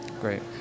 Great